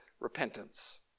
repentance